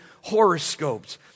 horoscopes